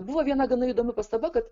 buvo viena gana įdomi pastaba kad